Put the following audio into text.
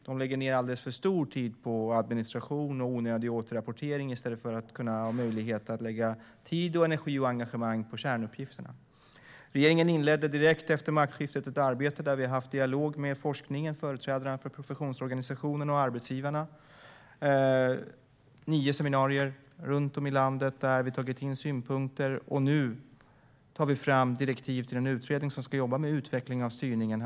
De lägger ned en alldeles för stor del av sin tid på administration och onödig återrapportering i stället för att ha möjlighet att lägga tid, energi och engagemang på kärnuppgifterna. Regeringen inledde direkt efter maktskiftet ett arbete där vi har haft dialog med forskningen, företrädare för professionsorganisationerna och arbetsgivarna. Vi har haft nio seminarier runt om i landet där vi har tagit in synpunkter. Nu tar vi fram direktiv till en utredning som ska jobba med utveckling av styrningen.